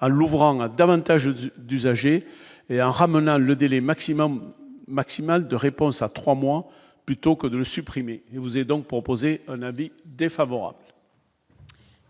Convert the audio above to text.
à l'ouvrage davantage du âgé et en ramenant le délai maximum maximale de réponse à 3 mois plutôt que de le supprimer, vous est donc proposé un avis défavorable.